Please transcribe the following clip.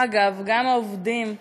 אגב, גם העובדים,